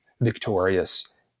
victorious